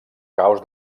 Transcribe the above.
caos